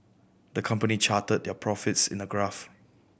the company charted their profits in a graph